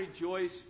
rejoice